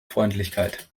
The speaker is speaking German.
freundlichkeit